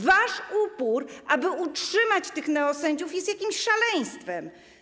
Wasz upór, aby utrzymać tych neosędziów, jest jakimś szaleństwem.